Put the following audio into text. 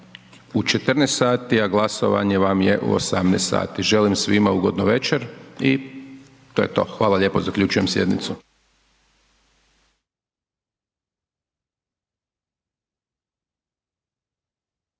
u 14,00 sati, a glasovanje vam je u 18,00 sati. Želim svima ugodnu večer i to je to. Hvala lijepo zaključujem sjednicu.